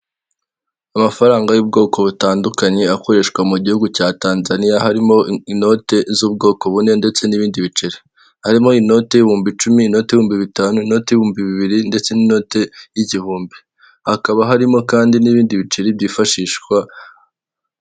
Amafaranga y'ubwoko butandukanye akoreshwa mu gihugu cya Tanzania harimo inote z'ubwoko bune ndetse n'ibindi biceri, harimo inoti y'ibihumbi cumi, inote y'ibihumbi bitanu, inote y'ibihumbi bibiri ndetse n'inote y'igihumbi, hakaba harimo kandi n'ibindi biceri byifashishwa.